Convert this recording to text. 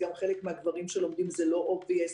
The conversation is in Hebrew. גם חלק מהגברים שלומדים זה לא מובן מאליו.